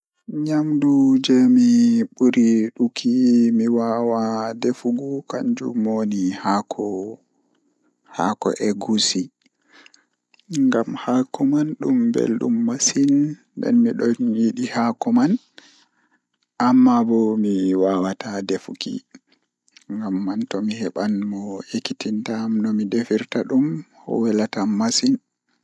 Ko ina heɗɗi mi yiɗi miɗo waɗde njoɓdi baafal goɗɗoɗi leydi maaɗi ɗiɗo, tawa mi alaa nguurndam nder njobdi ɗe. Ina faala mi haɗiɗi njoɓdi ɗuum e waɗde tamma, njogoto, e nguuɗirɗe ɗi waɗata feɗɗi e mbayru maɓɓe.